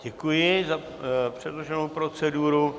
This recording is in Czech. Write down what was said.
Děkuji za předloženou proceduru.